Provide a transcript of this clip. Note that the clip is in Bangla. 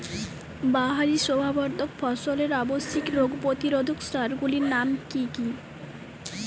বাহারী শোভাবর্ধক ফসলের আবশ্যিক রোগ প্রতিরোধক সার গুলির নাম কি কি?